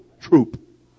troop